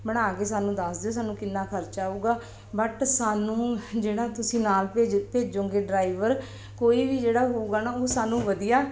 ਬਣਾ ਕੇ ਸਾਨੂੰ ਦੱਸ ਦਿਓ ਸਾਨੂੰ ਕਿੰਨਾ ਖਰਚਾ ਆਵੇਗਾ ਬਟ ਸਾਨੂੰ ਜਿਹੜਾ ਤੁਸੀਂ ਨਾਲ ਭੇਜੋ ਭੇਜੋਂਗੇ ਡਰਾਈਵਰ ਕੋਈ ਵੀ ਜਿਹੜਾ ਹੋਵੇਗਾ ਨਾ ਉਹ ਸਾਨੂੰ ਵਧੀਆ